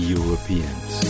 Europeans